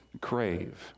crave